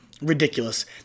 ridiculous